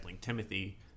Timothy